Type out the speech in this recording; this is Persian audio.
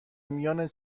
میان